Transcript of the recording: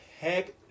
Heck